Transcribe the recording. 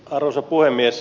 arvoisa puhemies